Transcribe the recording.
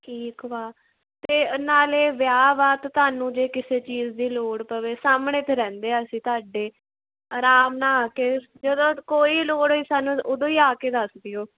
ਠੀਕ ਵਾ ਅਤੇ ਨਾਲੇ ਵਿਆਹ ਵਾ ਤੁਹਾਨੂੰ ਜੇ ਕਿਸੇ ਚੀਜ਼ ਦੀ ਲੋੜ ਪਵੇ ਸਾਹਮਣੇ ਤਾਂ ਰਹਿੰਦੇ ਅਸੀਂ ਤੁਹਾਡੇ ਆਰਾਮ ਨਾਲ ਆ ਕੇ ਜਦੋਂ ਕੋਈ ਲੋੜ ਹੋਈ ਸਾਨੂੰ ਉਦੋਂ ਹੀ ਆ ਕੇ ਦੱਸ ਦਿਓ